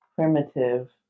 primitive